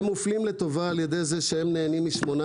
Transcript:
הם מופלים לטובה בכך שהם נהנים משמונה